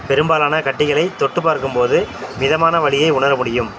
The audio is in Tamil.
பெரும்பாலான கட்டிகளை தொட்டுப் பார்க்கும் போது மிதமான வலியை உணர முடியும்